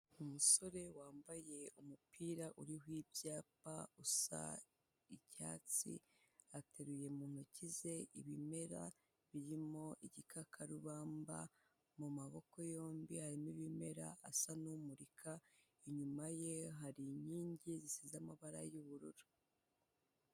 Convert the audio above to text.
Umusore wambaye umupira uriho ibyapa usa icyatsi ateruye mu ntoki ze ibimera birimo igikakarubamba mu maboko yombi harimo ibimera asa n'umurika inyuma ye hari inkingi zisize amabara y'ubururu.